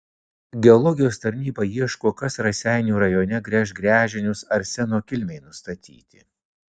geologijos tarnyba ieško kas raseinių rajone gręš gręžinius arseno kilmei nustatyti